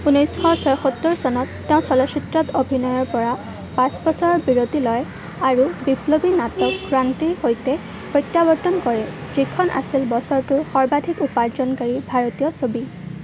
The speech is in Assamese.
ঊনৈছশ ছয়সত্তৰ চনত তেওঁ চলচ্চিত্ৰত অভিনয়ৰ পৰা পাঁচ বছৰৰ বিৰতি লয় আৰু বিপ্লৱী নাটক ক্ৰান্তিৰ সৈতে প্ৰত্যাৱৰ্তন কৰে যিখন আছিল বছৰটোৰ সৰ্বাধিক উপাৰ্জনকাৰী ভাৰতীয় ছবি